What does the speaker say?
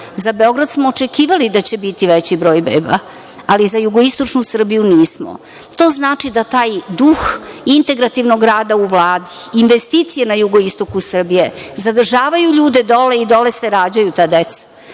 Za Beograd smo očekivali da će biti veći broj beba, ali za jugoistočnu Srbiju nismo. To znači da taj duh integrativnog rada u Vladi, investicije na jugoistoku Srbije zadržavaju ljude dole i dole se rađaju ta deca.